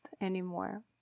anymore